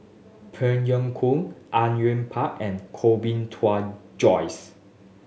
Phey Yew Kok Au Yue Pak and Koh Bee Tuan Joyce